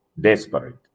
desperate